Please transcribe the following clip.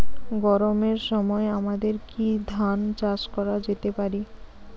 গরমের সময় আমাদের কি ধান চাষ করা যেতে পারি?